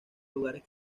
lugares